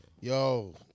Yo